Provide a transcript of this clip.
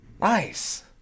Nice